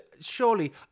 Surely